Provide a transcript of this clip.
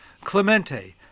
Clemente